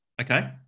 Okay